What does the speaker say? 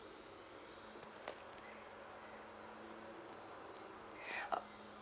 uh